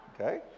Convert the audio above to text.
okay